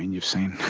you've seen,